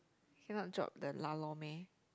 cannot drop the lah lor meh